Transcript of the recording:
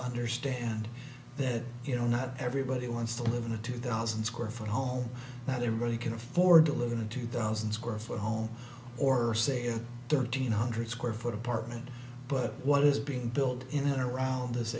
understand that you know not everybody wants to live in a two thousand square foot home that they really can afford to live in a two thousand square foot home or say a thirteen hundred square foot apartment but what is being built in and around this